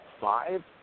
five